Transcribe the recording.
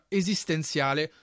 esistenziale